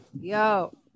yo